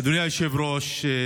אדוני היושב-ראש,